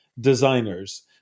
designers